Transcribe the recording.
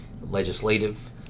legislative